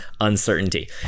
uncertainty